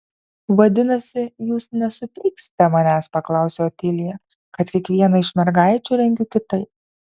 vadinasi jūs nesupeiksite manęs paklausė otilija kad kiekvieną iš mergaičių rengiu kitaip